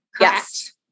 Yes